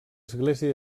església